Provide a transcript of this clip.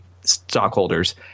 stockholders